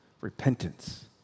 Repentance